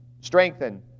strengthen